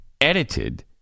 edited